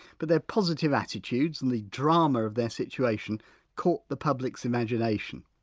but their positive attitudes and the drama of their situation caught the public's imagination.